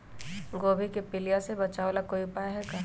गोभी के पीलिया से बचाव ला कोई उपाय है का?